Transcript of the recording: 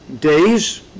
days